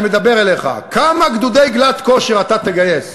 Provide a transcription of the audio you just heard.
אני מדבר אליך: כמה גדודי גלאט כשר אתה תגייס?